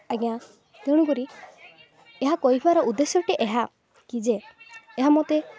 ଆଜ୍ଞା ତେଣୁକରି ଏହା କହିବାର ଉଦ୍ଦେଶ୍ୟଟି ଏହାକି ଯେ ଏହା ମୋତେ